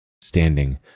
Standing